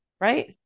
right